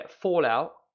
Fallout